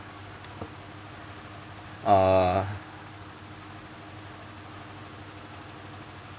err